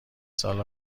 سال